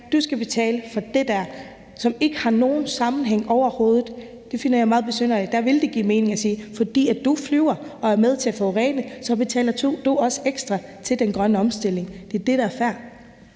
du skal betale for det der, som så er noget, der ikke har nogen sammenhæng med det første overhovedet, finder jeg meget besynderligt. Der vil det give mening at sige, at fordi at du flyver og er med til at forurene, så betaler du også ekstra til den grønne omstilling. Det er det, der vil